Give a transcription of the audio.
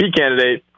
candidate